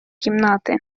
кімнати